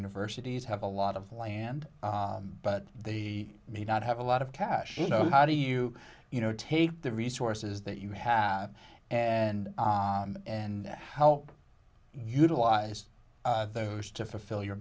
universities have a lot of land but he may not have a lot of cash you know how do you you know take the resources that you have and on and help utilize those to fulfill your